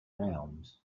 round